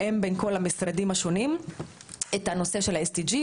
מתאם בין כל המשרדים השונים את הנושא של ה-SDG.